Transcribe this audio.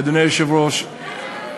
אדוני היושב-ראש,